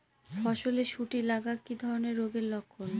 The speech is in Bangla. ফসলে শুটি লাগা কি ধরনের রোগের লক্ষণ?